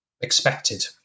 expected